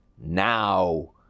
now